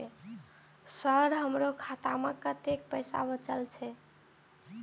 Sir हमरो खाता में कतेक पैसा बचल छे?